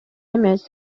эмес